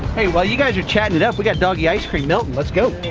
hey while you guys are chattin' it up, we've got doggy ice-cream melting, let's go.